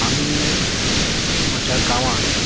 आमी म्हज्या गांवाक